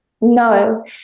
no